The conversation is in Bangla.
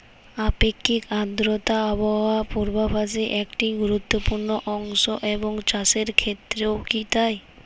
আপেক্ষিক আর্দ্রতা আবহাওয়া পূর্বভাসে একটি গুরুত্বপূর্ণ অংশ এবং চাষের ক্ষেত্রেও কি তাই?